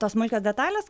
tos smulkios detalės